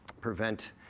prevent